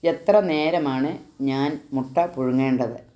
എത്ര നേരമാണ് ഞാൻ മുട്ട പുഴുങ്ങേണ്ടത്